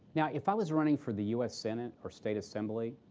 yeah if i was running for the u s. senate or state assembly,